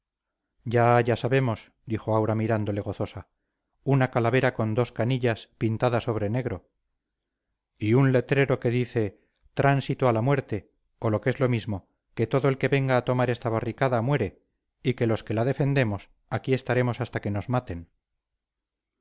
ya ya sabemos dijo aura mirándole gozosa una calavera con dos canillas pintada sobre negro y un letrero que dice tránsito a la muerte o lo que es lo mismo que todo el que venga a tomar esta barricada muere y que los que la defendemos aquí estaremos hasta que nos maten